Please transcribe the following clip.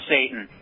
Satan